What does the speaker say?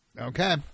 Okay